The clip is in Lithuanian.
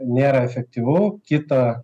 nėra efektyvu kita